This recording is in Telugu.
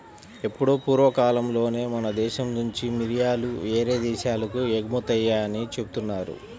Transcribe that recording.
ఎప్పుడో పూర్వకాలంలోనే మన దేశం నుంచి మిరియాలు యేరే దేశాలకు ఎగుమతయ్యాయని జెబుతున్నారు